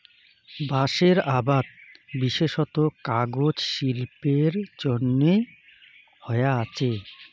বাঁশের আবাদ বিশেষত কাগজ শিল্পের জইন্যে হয়া আচে